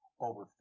over